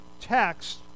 text